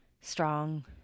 Strong